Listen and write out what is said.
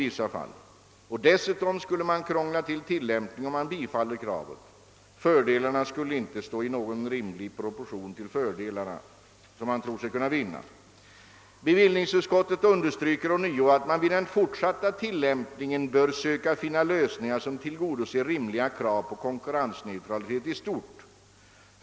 Dessutom skulle man om man bifaller kravet krångla till tillämpningen av bestämmelserna. De fördelar man tror sig vinna skulle inte stå i någon proportion till nackdelarna. Bevillningsutskottet framhåller = att man i framtiden bör söka tillgodose rimliga krav på konkurrensneutralitet i stort.